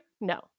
No